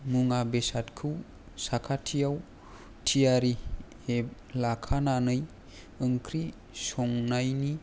मुवा बेसादखौ साखाथिआव थियारि लाखानानै ओंख्रि संनायनि